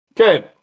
Okay